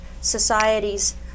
societies